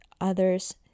others